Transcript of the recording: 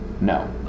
No